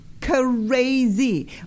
crazy